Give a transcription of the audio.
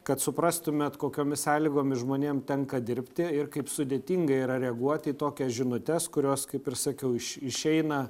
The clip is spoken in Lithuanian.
kad suprastumėt kokiomis sąlygomis žmonėm tenka dirbti ir kaip sudėtinga yra reaguoti į tokias žinutes kurios kaip ir sakiau iš išeina